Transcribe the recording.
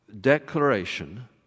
declaration